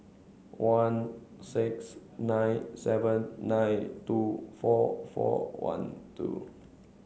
one six nine seven nine two four four one two